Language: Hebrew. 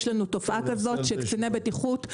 יש לנו תופעה כזאת של קציני בטיחות,